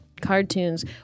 Cartoons